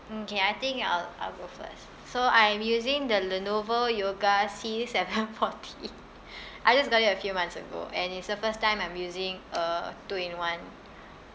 okay I think I'll I'll go first so I'm using the Lenovo yoga C seven forty I just got it a few months ago and it's the first time I'm using a two in one